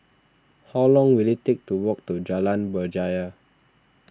how long will it take to walk to Jalan Berjaya